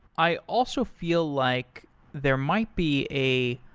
i also feel like there might be a,